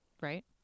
right